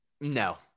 No